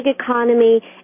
economy